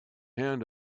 hand